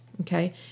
okay